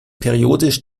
periodisch